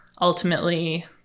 ultimately